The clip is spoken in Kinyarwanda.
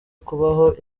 kubaho